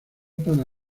para